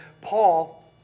Paul